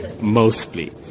mostly